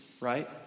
right